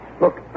Look